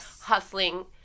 hustling